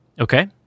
Okay